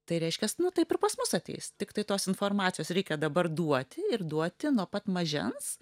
tai reiškias nu taip ir pas mus ateis tiktai tos informacijos reikia dabar duoti ir duoti nuo pat mažens